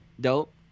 dope